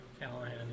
Callahan